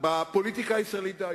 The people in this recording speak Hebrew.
בפוליטיקה הישראלית דהיום.